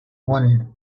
won